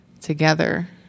together